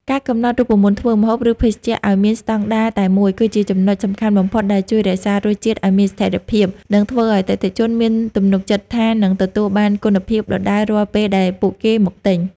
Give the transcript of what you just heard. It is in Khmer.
ការកំណត់រូបមន្តធ្វើម្ហូប ឬភេសជ្ជៈឱ្យមានស្ដង់ដារតែមួយ គឺជាចំណុចសំខាន់បំផុតដែលជួយរក្សារសជាតិឱ្យមានស្ថិរភាព និងធ្វើឱ្យអតិថិជនមានទំនុកចិត្តថានឹងទទួលបានគុណភាពដដែលរាល់ពេលដែលពួកគេមកទិញ។